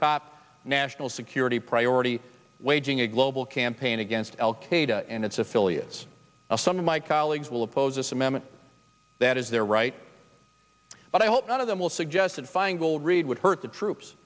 national security priority waging a global campaign against al qaeda and its affiliates some of my colleagues will oppose this amendment that is their right but i hope none of them will suggested feingold reid would hurt the troops